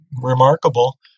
remarkable